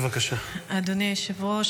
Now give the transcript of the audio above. אדוני היושב-ראש,